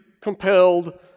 compelled